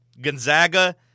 Gonzaga